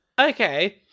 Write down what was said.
Okay